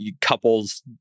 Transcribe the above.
couples